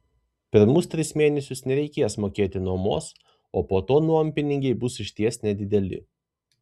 pirmus tris mėnesius nereikės mokėti nuomos o po to nuompinigiai bus išties nedideli